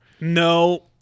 No